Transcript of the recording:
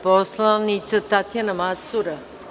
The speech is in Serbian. Poslanica Tatjana Macura.